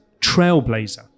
trailblazer